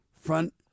front